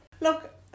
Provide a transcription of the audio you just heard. Look